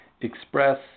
express